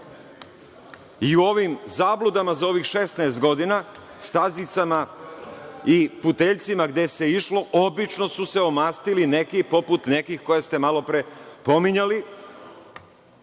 i ovim zabludama za ovih 16 godina stazicama i puteljcima gde se išlo obično su se omastili neki poput nekih koje ste malopre pominjali,